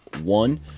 one